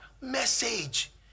message